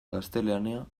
gaztelania